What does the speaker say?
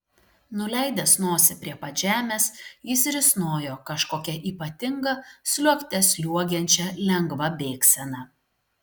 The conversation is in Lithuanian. nuleidęs nosį prie pat žemės jis risnojo kažkokia ypatinga sliuogte sliuogiančia lengva bėgsena